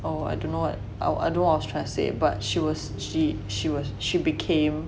oh I dunno what I don't know what I was trying to say but she was she she was she became